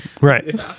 right